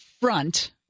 front